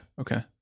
Okay